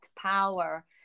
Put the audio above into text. power